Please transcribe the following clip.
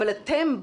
אבל אתם,